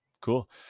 Cool